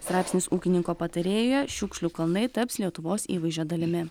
straipsnis ūkininko patarėjuje šiukšlių kalnai taps lietuvos įvaizdžio dalimi